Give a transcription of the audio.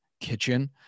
kitchen